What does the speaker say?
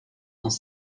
dans